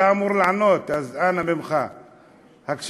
אתה אמור לענות, אז אנא ממך, הקשבה.